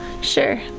Sure